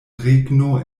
regno